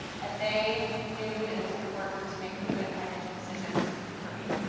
and they knew it it was important to make good financial decisions for me.